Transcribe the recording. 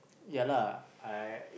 ya lah I